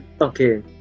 Okay